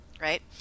right